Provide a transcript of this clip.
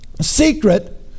secret